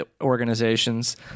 organizations